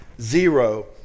Zero